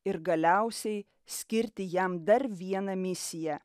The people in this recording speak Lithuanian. ir galiausiai skirti jam dar vieną misiją